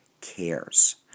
cares